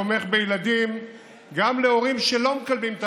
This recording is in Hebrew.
תומך גם בילדים להורים שלא מקבלים את